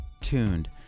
tuned